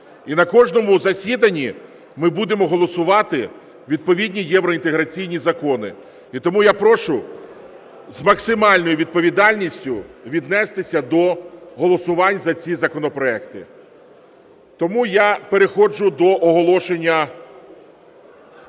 І на кожному засіданні ми будемо голосувати відповідні євроінтеграційні закони, і тому я прошу з максимальною відповідальністю віднестися до голосувань за ці законопроекти. Тому я переходжу до оголошення…